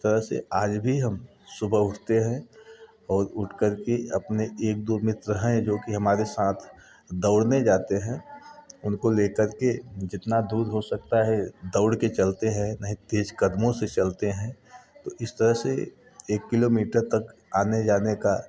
इस तरह से आज भी हम सुबह उठते हैं और उठ करके अपने एक दो मित्र हैं जो कि हमारे साथ दौड़ने जाते हैं उनको लेकर के जितना दूर हो सकता हैं दौड़ के चलते है नहीं तेज कदमों से चलते हैं तो इस तरह से एक किलोमीटर तक आने जाने का